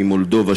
ממולדובה,